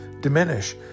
diminish